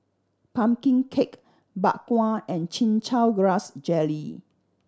pumpkin cake Bak Kwa and Chin Chow Grass Jelly